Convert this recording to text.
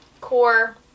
core